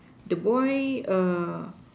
the boy